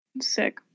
Sick